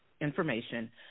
information